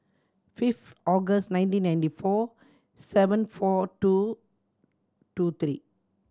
fifth August nineteen ninety four seven four two two three